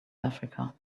africa